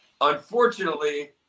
unfortunately